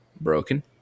broken